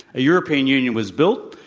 a european union was built.